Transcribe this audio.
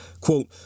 quote